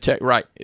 Right